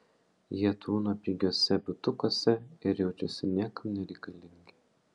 jie tūno pigiuose butukuose ir jaučiasi niekam nereikalingi